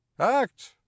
act